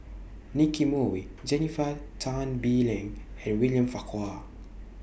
Nicky Moey Jennifer Tan Bee Leng and William Farquhar